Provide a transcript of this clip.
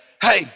Hey